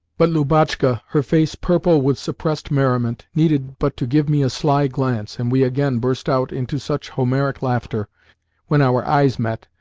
but lubotshka her face purple with suppressed merriment needed but to give me a sly glance, and we again burst out into such homeric laughter when our eyes met,